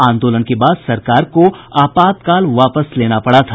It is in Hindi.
आंदोलन के बाद सरकार को आपातकाल वापस लेना पड़ा था